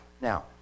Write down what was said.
Now